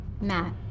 Matt